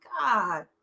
God